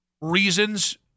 reasons